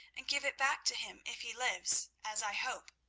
and give it back to him if he lives, as i hope.